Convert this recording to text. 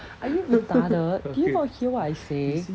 are you retarded did you not hear what I say